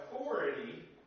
authority